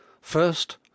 First